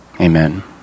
Amen